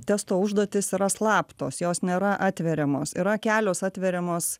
testo užduotys yra slaptos jos nėra atveriamos yra kelios atveriamos